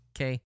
Okay